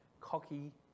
cocky